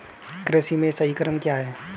कृषि में सही क्रम क्या है?